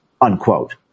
unquote